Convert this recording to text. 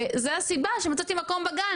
וזה הסיבה שמצאתי מקום בגן,